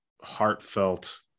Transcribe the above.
heartfelt